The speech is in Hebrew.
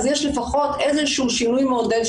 אז יש לפחות איזשהו שינוי מעודד,